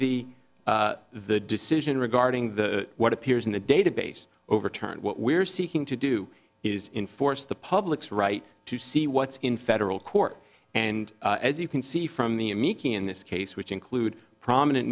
the the decision regarding the what appears in the database overturned what we're seeking to do is enforce the public's right to see what's in federal court and as you can see from the meeking in this case which include prominent